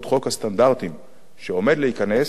שעומד להיכנס לתוקף בקרוב.